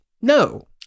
no